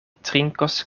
trinkos